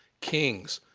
kings,